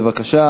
בבקשה,